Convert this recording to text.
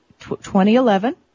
2011